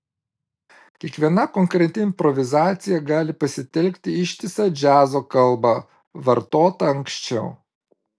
kiekviena konkreti improvizacija gali pasitelkti ištisą džiazo kalbą vartotą anksčiau